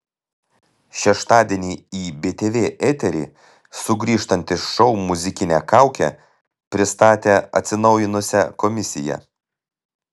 šeštadienį į btv eterį sugrįžtantis šou muzikinė kaukė pristatė atsinaujinusią komisiją